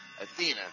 Athena